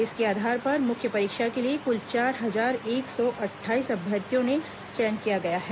इसके आधार पर मुख्य परीक्षा के लिए कुल चार हजार एक सौ अट्ठाईस अभ्यर्थियों का चयन किया गया है